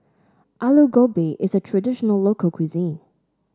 Aloo Gobi is a traditional local cuisine